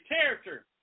character